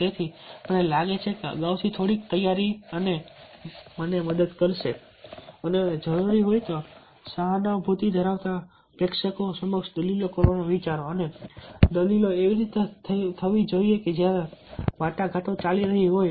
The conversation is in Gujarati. તેથી મને લાગે છે કે અગાઉથી થોડી તૈયારી મને મદદ કરશે અને જો જરૂરી હોય તો સહાનુભૂતિ ધરાવતા પ્રેક્ષકો સમક્ષ દલીલો કરવાનું વિચારો અને દલીલો એવી રીતે થવી જોઈએ કે જ્યારે વાટાઘાટો ચાલી રહી હોય